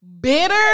Bitter